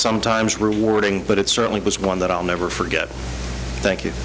sometimes rewarding but it certainly was one that i'll never forget thank you